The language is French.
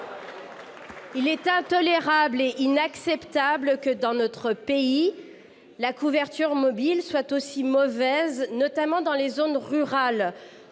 Il est intolérable et inacceptable que, dans notre pays, la couverture mobile soit aussi mauvaise, notamment dans les zones rurales.